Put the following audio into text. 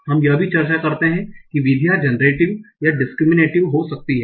हम यह भी चर्चा करते हैं कि विधियां जनरेटिव या डिसक्रीमीनेटिव हो सकती हैं